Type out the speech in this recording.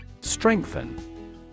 Strengthen